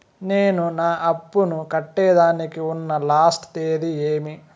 నేను నా అప్పుని కట్టేదానికి ఉన్న లాస్ట్ తేది ఏమి?